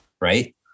right